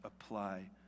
apply